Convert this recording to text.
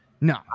No